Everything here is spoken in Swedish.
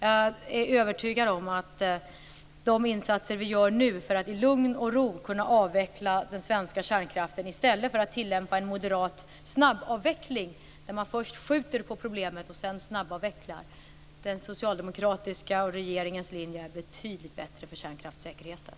Jag är övertygad om att de insatser som vi nu gör, och som är Socialdemokraternas och regeringens linje, för att i lugn och ro kunna avveckla den svenska kärnkraften i stället för att tillämpa en moderat snabbavveckling, där man först skjuter på problemet och sedan snabbavvecklar, är betydligt bättre för kärnkraftssäkerheten.